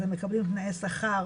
אז הם מקבלים תנאיי שכר,